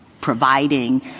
providing